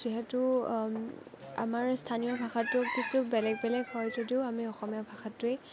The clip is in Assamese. যিহেতু আমাৰ স্থানীয় ভাষাটো কিছু বেলেগ বেলেগ হয় যদিও আমি অসমীয়া ভাষাটোৱেই